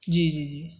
جی جی جی